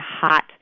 hot